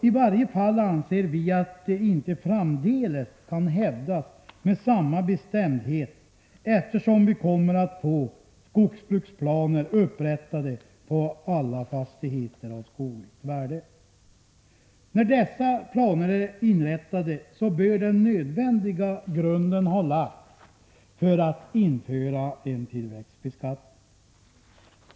I varje fall anser vi att det inte framdeles kan hävdas med samma bestämdhet, eftersom vi kommer att få skogsbruksplaner upprättade på alla fastigheter av skogligt värde. När dessa planer är inrättade, bör den nödvändiga grunden ha lagts för att införa en tillväxtbeskattning.